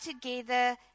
together